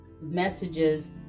messages